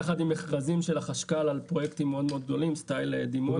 יחד עם מכרזים של החשכ"ל על פרויקטים מאוד גדולים כמו דימונה.